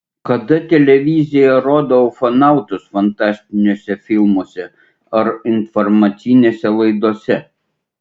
kada televizija rodo ufonautus fantastiniuose filmuose ar informacinėse laidose